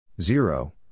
Zero